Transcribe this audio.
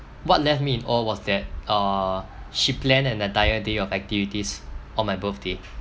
what left me in awe was that uh she plan an entire day of activities on my birthday